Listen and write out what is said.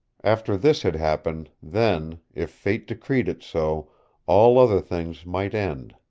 after this had happened, then if fate decreed it so all other things might end.